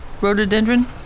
rhododendron